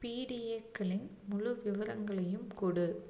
பிடிஏக்களின் முழு விவரங்களையும் கொடு